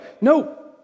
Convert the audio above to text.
No